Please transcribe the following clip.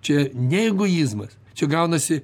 čia ne egoizmas čia gaunasi